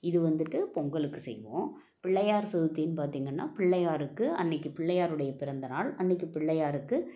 இது வந்துட்டு பொங்கலுக்கு செய்வோம் பிள்ளையார் சதுர்த்தின்னு பார்த்தீங்கன்னா பிள்ளையாருக்கு அன்னைக்கு பிள்ளையாருடைய பிறந்தநாள் அன்றைக்கு பிள்ளையாருக்கு